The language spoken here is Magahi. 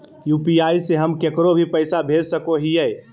यू.पी.आई से हम केकरो भी पैसा भेज सको हियै?